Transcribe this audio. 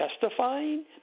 testifying